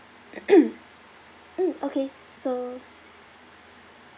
mm okay so